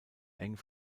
eng